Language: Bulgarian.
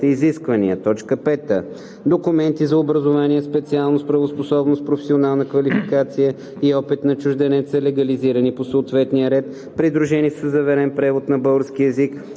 изисквания; 5. документи за образование, специалност, правоспособност, професионална квалификация и опит на чужденеца, легализирани по съответния ред, придружени със заверен превод на български език